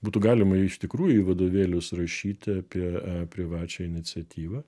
būtų galima iš tikrųjų į vadovėlius rašyti apie privačią iniciatyvą